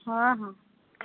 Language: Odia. ହଁ ହଁ